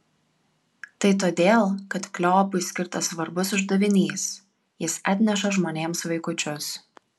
tai todėl kad kleopui skirtas svarbus uždavinys jis atneša žmonėms vaikučius